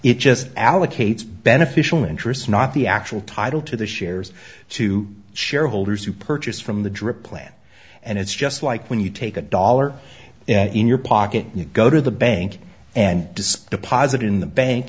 it just allocates beneficial interest not the actual title to the shares to shareholders who purchase from the drip plan and it's just like when you take a dollar in your pocket you go to the bank and does deposit in the bank